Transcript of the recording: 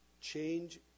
change